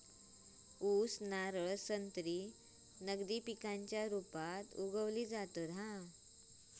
ऊस, नारळ, संत्री नगदी पिकांच्या रुपात उगवली जातत